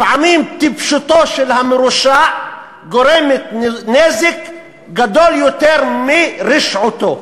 לפעמים טיפשותו של המרושע גורמת נזק גדול יותר מרשעותו.